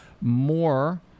more